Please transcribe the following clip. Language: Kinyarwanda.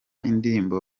indirimbo